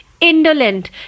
indolent